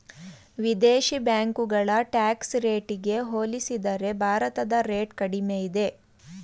ವಿದೇಶಿ ಬ್ಯಾಂಕುಗಳ ಟ್ಯಾಕ್ಸ್ ರೇಟಿಗೆ ಹೋಲಿಸಿದರೆ ಭಾರತದ ರೇಟ್ ಕಡಿಮೆ ಇದೆ